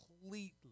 completely